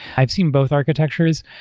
i've seen both architectures,